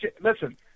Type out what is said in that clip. listen